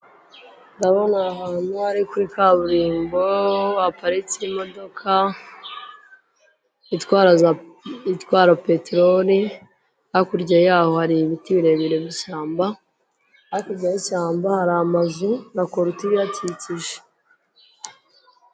Ndabona aha hantu ari kuri kaburimbo haparitse imodoka itwara itwara peterori, hakurya yaho hari ibiti birebire by'ishyamba, hakurya y'ishyamba hari amazu na korotire ihakikije.